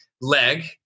leg